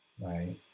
right